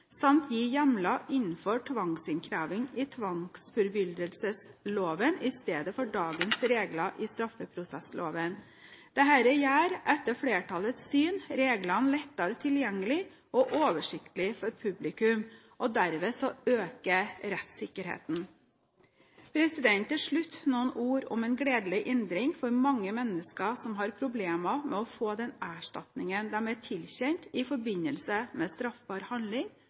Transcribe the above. samt gi hjemler innenfor tvangsinnkreving i tvangsfullbyrdelsesloven i stedet for i dagens regler i straffeprosessloven. Dette gjør etter flertallets syn reglene lettere tilgjengelig og oversiktlig for publikum. Derved øker rettssikkerheten. Til slutt noen ord om en gledelig endring for mange mennesker som har problemer med å få den erstatningen de er tilkjent i forbindelse med straffbar handling